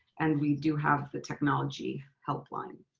and we do have the technology helpline.